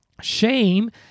shame